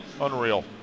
Unreal